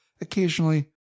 Occasionally